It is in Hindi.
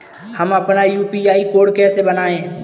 हम अपना यू.पी.आई कोड कैसे बनाएँ?